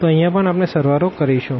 તો અહિયાં પણ આપણે સળવાળો કરીશું